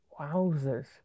Wowzers